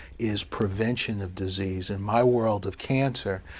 is prevention of disease. in my world of cancer,